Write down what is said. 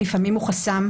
לפעמים הוא חסם,